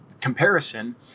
comparison